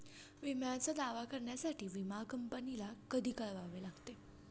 विम्याचा दावा करण्यासाठी विमा कंपनीला कधी कळवावे लागते?